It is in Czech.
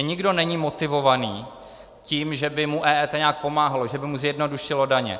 Nikdo není motivovaný tím, že by mu EET nějak pomáhalo, že by mu zjednodušilo daně.